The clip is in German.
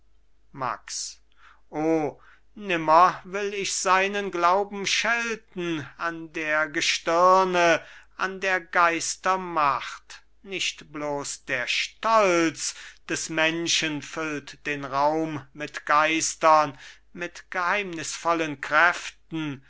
max o nimmer will ich seinen glauben schelten an der gestirne an der geister macht nicht bloß der stolz des menschen füllt den raum mit geistern mit geheimnisvollen kräften